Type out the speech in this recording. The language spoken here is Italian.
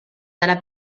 dalla